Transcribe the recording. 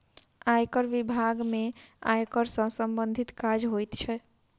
आयकर बिभाग में आयकर सॅ सम्बंधित काज होइत छै